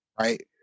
right